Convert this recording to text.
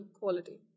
quality